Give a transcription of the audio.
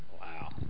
Wow